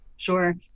Sure